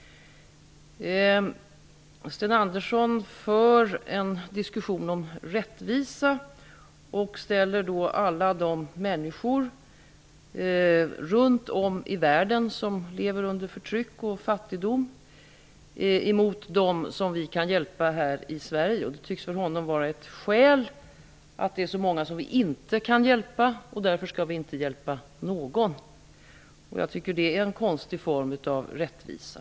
Sten Andersson för en diskussion om rättvisa och ställer alla de människor runt om i världen som lever under förtryck och fattigdom emot dem som vi kan hjälpa här i Sverige. Det faktum att det är så många som vi inte kan hjälpa tycks för honom vara ett skäl att inte hjälpa någon. Jag tycker att det är en konstig form av rättvisa.